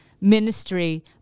ministry